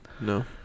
No